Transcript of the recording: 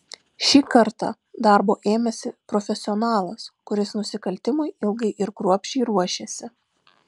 šį kartą darbo ėmėsi profesionalas kuris nusikaltimui ilgai ir kruopščiai ruošėsi